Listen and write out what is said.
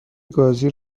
گازی